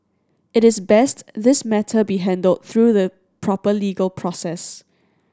it is best this matter be handled through the proper legal process